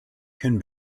ken